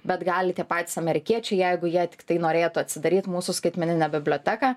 bet gali tie patys amerikiečiai jeigu jie tiktai norėtų atsidaryt mūsų skaitmeninę biblioteką